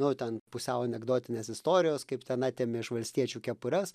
nu ten pusiau anekdotinės istorijos kaip ten atėmė iš valstiečių kepures